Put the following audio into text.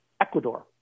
Ecuador